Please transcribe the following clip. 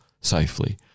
safely